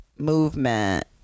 movement